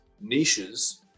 niches